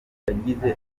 yagize